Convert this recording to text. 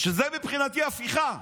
שזה מבחינתי הפיכה,